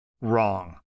Wrong